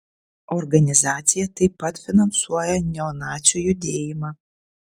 organizacija taip pat finansuoja neonacių judėjimą